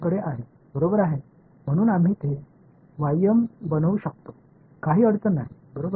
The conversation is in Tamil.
எனவே முதலில் ஒன்று என்னிடம் இருக்கும் எனவே நாம் செய்யலாம் எந்த பிரச்சனையும் சரியில்லை என்று சொல்லலாம்